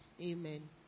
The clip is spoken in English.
Amen